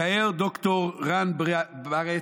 מתאר ד"ר רן ברץ: